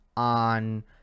on